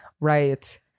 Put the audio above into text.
Right